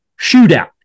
shootout